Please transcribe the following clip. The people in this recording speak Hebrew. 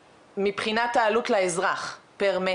מבחינת העלות לאזרח, פר מטר,